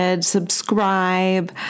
Subscribe